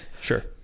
sure